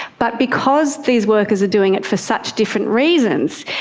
but because these workers are doing it for such different reasons,